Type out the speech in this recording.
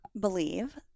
believe